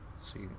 see